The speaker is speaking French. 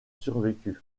survécu